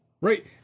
Right